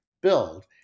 build